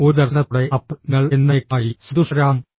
ഒരു ദർശനത്തോടെ അപ്പോൾ നിങ്ങൾ എന്നെന്നേക്കുമായി സന്തുഷ്ടരാകും